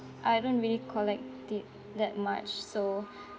I don't really collect the that much so